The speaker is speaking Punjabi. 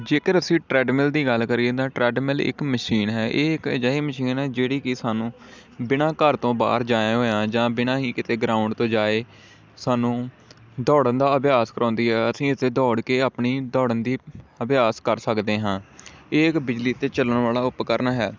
ਜੇਕਰ ਅਸੀਂ ਟਰੈਡਮਿਲ ਦੀ ਗੱਲ ਕਰੀਏ ਤਾਂ ਟਰੈਡਮਿਲ ਇੱਕ ਮਸ਼ੀਨ ਹੈ ਇਹ ਇੱਕ ਅਜਿਹੀ ਮਸ਼ੀਨ ਹੈ ਜਿਹੜੀ ਕਿ ਸਾਨੂੰ ਬਿਨਾਂ ਘਰ ਤੋਂ ਬਾਹਰ ਜਾਇਆ ਹੋਇਆ ਜਾਂ ਬਿਨਾਂ ਹੀ ਕਿਤੇ ਗਰਾਊਂਡ ਤੋਂ ਜਾਏ ਸਾਨੂੰ ਦੌੜਨ ਦਾ ਅਭਿਆਸ ਕਰਵਾਉਂਦੀ ਹੈ ਅਸੀਂ ਇਸ 'ਤੇ ਦੌੜ ਕੇ ਆਪਣੀ ਦੌੜਨ ਦੀ ਅਭਿਆਸ ਕਰ ਸਕਦੇ ਹਾਂ ਇਹ ਇੱਕ ਬਿਜਲੀ 'ਤੇ ਚੱਲਣ ਵਾਲਾ ਉਪਕਰਨ ਹੈ